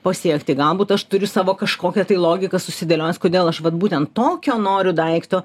pasiekti galbūt aš turiu savo kažkokią tai logiką susidėliojęs kodėl aš vat būtent tokio noriu daikto